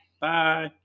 Bye